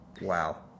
Wow